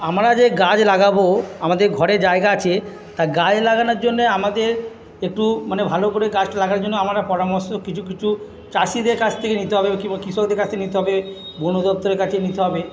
আমরা যে গাছ লাগাব আমাদের ঘরে জায়গা আছে তা গাছ লাগানোর জন্যে আমাদের একটু মানে ভালো করে গাছটা লাগার জন্য আমরা পরামর্শ কিছু কিছু চাষীদের কাছ থেকে নিতে হবে কৃষকদের কাছ থেকে নিতে হবে বনদপ্তরের কাছে নিতে হবে